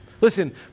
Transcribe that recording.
Listen